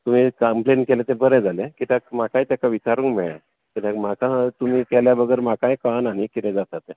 तुयें सांगलें तें बरें जालें कित्याक म्हाकाय ताका विचारूंक मेळ्ळें कित्याक म्हाका तुमीय केले बगर म्हाकाय कळना न्ही कितें जाता तें